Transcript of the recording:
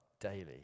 daily